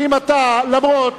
ואם אתה, למרות